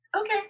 Okay